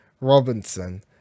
Robinson